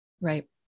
right